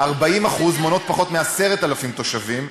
40% מונות פחות מ-10,000 תושבים.